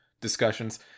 discussions